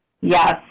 Yes